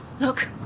Look